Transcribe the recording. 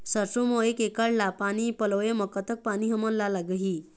सरसों म एक एकड़ ला पानी पलोए म कतक पानी हमन ला लगही?